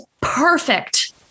perfect